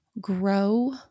grow